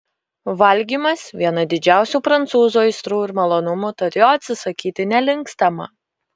valgymas viena didžiausių prancūzų aistrų ir malonumų tad jo atsisakyti nelinkstama